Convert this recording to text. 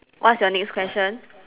what's your next question